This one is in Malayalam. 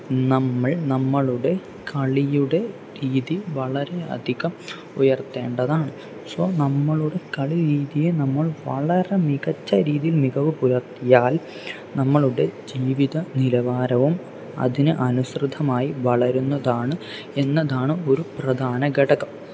നമ്മൾ നമ്മളുടെ കളിയുടെ രീതി വളരെയധികം ഉയർത്തേണ്ടതാണ് സോ നമ്മളുടെ കളി രീതിയെ നമ്മൾ വളരെ മികച്ച രീതിയിൽ മികവു പുലർത്തിയാൽ നമ്മളുടെ ജീവിത നിലവാരവും അതിന് അനുസൃതമായി വളരുന്നതാണ് എന്നതാണ് ഒരു പ്രധാന ഘടകം